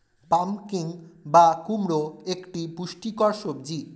pumpkin বা কুমড়ো একটি পুষ্টিকর সবজি